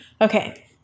Okay